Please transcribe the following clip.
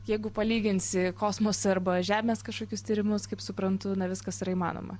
jeigu palyginsi kosmoso arba žemės kažkokius tyrimus kaip suprantu viskas yra įmanoma